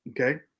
Okay